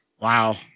Wow